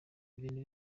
ibintu